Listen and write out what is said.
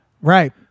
Right